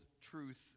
truth